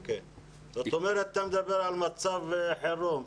זאת אומרת, אתה מדבר על מצב חירום.